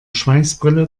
schweißbrille